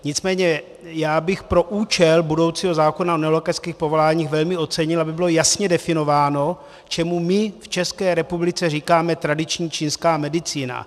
Nicméně já bych pro účel budoucího zákona o nelékařských povoláních velmi ocenil, aby bylo jasně definováno, čemu my v České republice říkáme tradiční čínská medicína.